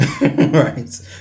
right